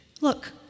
Look